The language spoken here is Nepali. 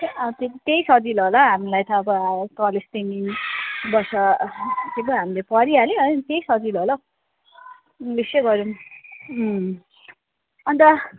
अँ ते त्यही सजिलो होला हामीलाई त अब कलेज चाहिँ तिन वर्ष के पो हामीले पढिहाल्यौँ है त्यही सजिलो होला हौ यसै गरौँ उम् अन्त